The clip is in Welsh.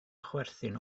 chwerthin